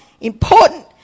important